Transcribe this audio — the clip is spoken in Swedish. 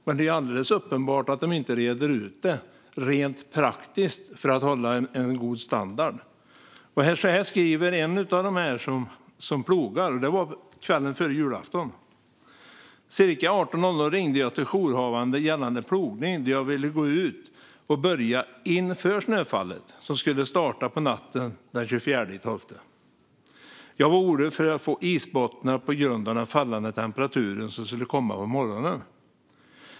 Men det är alldeles uppenbart att de inte reder ut det rent praktiskt för att hålla en god standard. Så här skriver en av dem som plogar, och det var kvällen före julafton: Cirka klockan 18.00 ringde jag till jourhavande gällande plogning då jag ville gå ut och börja inför snöfallet som skulle starta på natten till den 24 december. Jag var orolig för att få isbottnar på grund av den fallande temperaturen som skulle komma på morgonen.